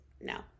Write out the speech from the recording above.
No